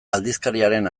aldizkariaren